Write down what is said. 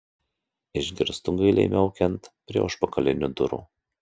išgirstu gailiai miaukiant prie užpakalinių durų